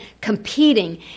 competing